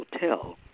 Hotel